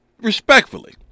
respectfully